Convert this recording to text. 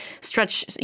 stretch